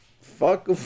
Fuck